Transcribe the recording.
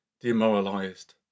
demoralized